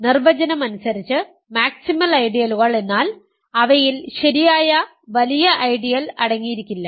നിർവചനം അനുസരിച്ച് മാക്സിമൽ ഐഡിയലുകൾ എന്നാൽ അവയിൽ ശരിയായ വലിയ ഐഡിയൽ അടങ്ങിയിരിക്കില്ല